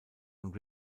und